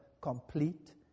complete